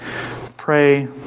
pray